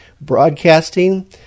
broadcasting